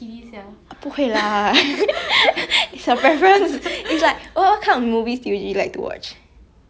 我也是不看 horror 的我觉得